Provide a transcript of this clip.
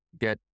get